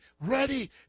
ready